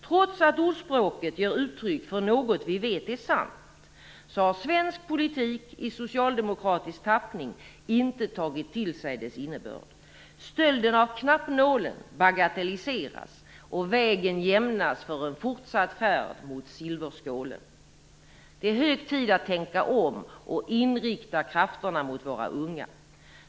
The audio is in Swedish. Trots att ordspråket ger uttryck för något vi vet är sant, har svensk politik i socialdemokratisk tappning inte tagit till sig dess innebörd. Stölden av knappnålen bagatelliseras och vägen jämnas för en fortsatt färd mot silverskålen. Det är hög tid att tänka om och inrikta krafterna mot våra unga.